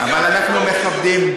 אבל אנחנו מכבדים.